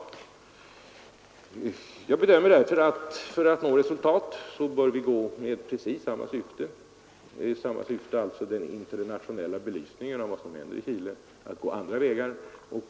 Jag bedömer det så att vi för att nå resultat med precis samma syfte — alltså att åstadkomma en internationell belysning av vad som händer i Chile — bör gå andra vägar.